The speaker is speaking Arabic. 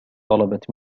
طلبت